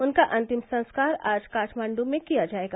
उनका अंतिम संस्कार आज काठमांढू में किया जाएगा